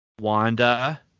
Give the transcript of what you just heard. Wanda